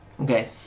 Okay